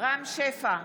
רם שפע,